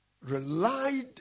Relied